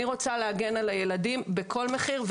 אני רוצה להגן על הילדים בכל מחיר.